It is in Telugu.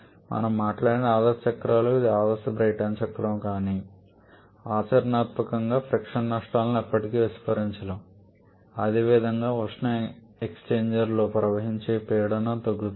మనము మాట్లాడిన ఆదర్శ చక్రాలు లేదా ఆదర్శ బ్రైటన్ చక్రం కానీ ఆచరణాత్మకంగా ఫ్రిక్షన్ నష్టాలను ఎప్పటికీ విస్మరించలేము మరియు అదేవిధంగా ఉష్ణ ఎక్స్చేంజర్ లోకి ప్రవహించేటప్పుడు పీడనం తగ్గుతుంది